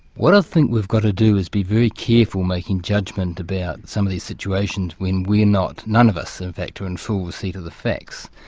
what i think we've got to do is be very careful making judgment about some of these situations when we're not, none of us in fact, are in full receipt of the facts.